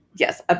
Yes